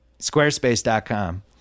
squarespace.com